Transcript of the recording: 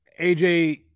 AJ